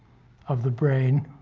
of the brain.